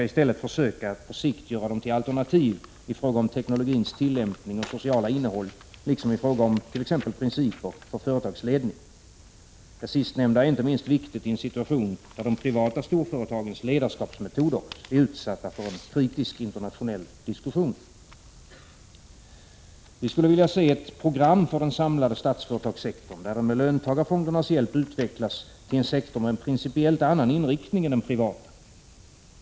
I stället bör man på sikt försöka göra dem till alternativ i fråga om teknologins tillämpning och sociala innehåll, liksom beträffande t.ex. principer för företagsledning. Det sistnämda är inte minst viktigt i en situation, där de privata storföretagensledarskapsmetoder är utsatta för en kritisk internationell diskussion. Vi skulle vilja se ett program för den samlade statsföretagsektorn, där den med löntagarfondernas hjälp utvecklas till en sektor med en principiellt annan inriktning än den privata.